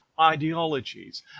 ideologies